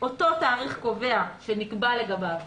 אותו תאריך קובע שנקבע לגביהם